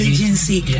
Agency